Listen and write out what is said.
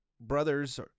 brothers